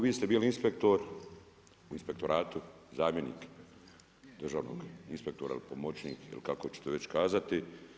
Vi ste bili inspektor u Inspektoratu, zamjenik državnog inspektora ili pomoćnik ili kako ćete već kazati.